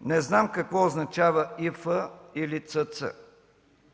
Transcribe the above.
„не знам какво означава ИФ или ЦЦ”.